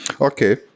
Okay